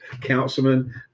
councilman